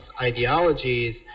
ideologies